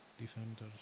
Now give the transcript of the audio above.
defenders